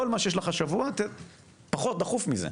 כל מה שיש לך השבוע פחות דחוף מזה.